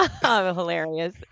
Hilarious